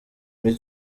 muri